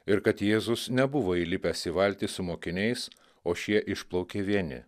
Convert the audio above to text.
ir kad jėzus nebuvo įlipęs į valtį su mokiniais o šie išplaukė vieni